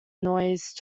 noise